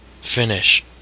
finish